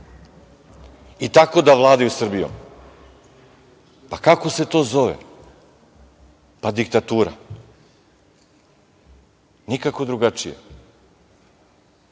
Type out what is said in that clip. I tako da vladaju Srbijom. Kako se to zove? Diktatura. Nikako drugačije. To